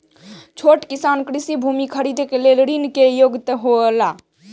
छोट किसान कृषि भूमि खरीदे लेल ऋण के योग्य हौला?